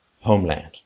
homeland